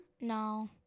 No